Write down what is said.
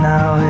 Now